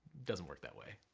doesn't work that way.